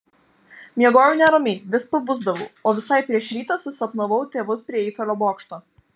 miegojau neramiai vis pabusdavau o visai prieš rytą susapnavau tėvus prie eifelio bokšto